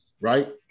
right